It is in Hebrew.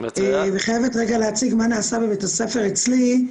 אני רוצה להציג מה נעשה בבית הספר אצלי.